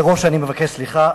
מראש אני מבקש סליחה,